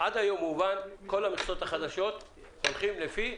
עד היום הובן שכל המכסות החדשות הולכות לפי